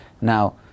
Now